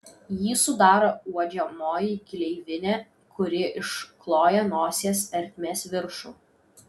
jį sudaro uodžiamoji gleivinė kuri iškloja nosies ertmės viršų